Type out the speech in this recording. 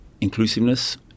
inclusiveness